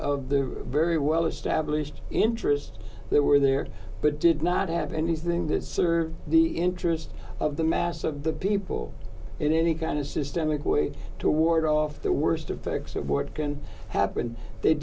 of the very well established interests they were there but did not have anything to serve the interest of the mass of the people in any kind of systemic way to ward off the worst effects of what can happen they